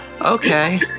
Okay